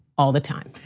all the time.